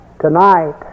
tonight